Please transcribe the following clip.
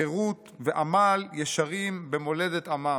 חירות ועמל ישרים במולדת עמם.